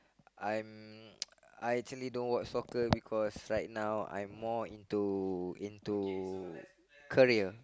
I'm I actually don't watch soccer because right now I'm more into into career